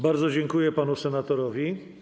Bardzo dziękuję panu senatorowi.